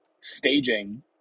staging